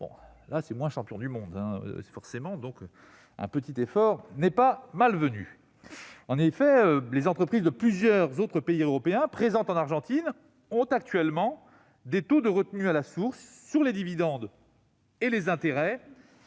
un peu moins champions du monde, un petit effort n'est donc pas malvenu. Les entreprises de plusieurs autres pays européens présentes en Argentine ont actuellement des taux de retenue à la source sur les dividendes et les intérêts,